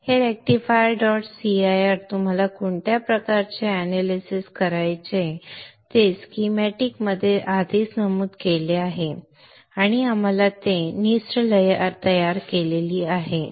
हे rectifier dot cir तुम्हाला कोणत्या प्रकारचे एनालिसिस करायचे आहे ते स्कीमॅटिकमध्ये आधीच नमूद केले आहे आणि आम्हाला आता नेट लिस्ट तयार करायची आहे